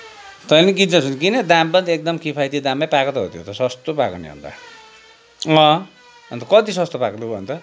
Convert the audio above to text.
तैँले पनि किन्छस् भने किन है दाम पनि एकदम किफायती दाममै पाएको त हो त्यो त सस्तो पाएको नि अन्त अँ अन्त कति स्स्तो पाएको लु भन त